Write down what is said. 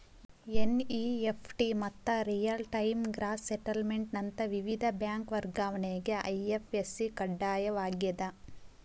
NEFT ಮತ್ತ real time gross settlement ನಂತ ವಿವಿಧ ಬ್ಯಾಂಕ್ ವರ್ಗಾವಣೆಗೆ ಐ.ಎಫ್.ಎಸ್.ಸಿ ಕಡ್ಡಾಯವಾಗ್ಯದ